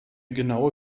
genaue